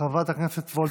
חברת הכנסת וולדיגר.